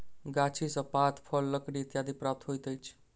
गाछी सॅ पात, फल, लकड़ी इत्यादि प्राप्त होइत अछि